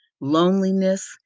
loneliness